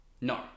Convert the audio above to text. no